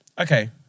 Okay